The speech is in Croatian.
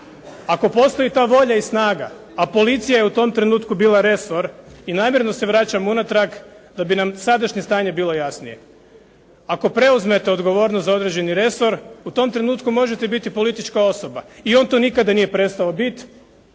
Ako postoji ta volja i snaga, a policija je u tom trenutku bila resor i namjerno se vraćam unatrag da bi nam sadašnje stanje bilo jasnije. Ako preuzmete odgovornost za određeni resor, u tom trenutku možete biti politička osoba i on to nikada nije prestao biti,